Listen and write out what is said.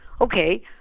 Okay